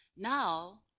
Now